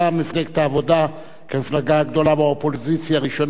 מפלגת העבודה כמפלגה הגדולה באופוזיציה ראשונה,